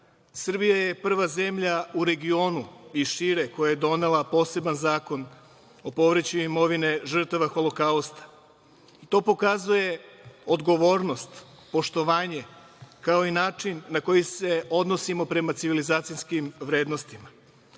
Srbija je prva zemlja u regionu i šire, koja je donela poseban Zakon o povraćaju imovine žrtava holokausta. To pokazuje odgovornost, poštovanje, kao i način na koji se odnosimo prema civilizacijskim vrednostima. Staro